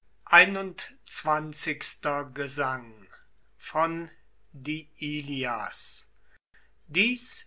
dies